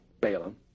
Balaam